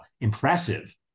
impressive